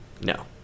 No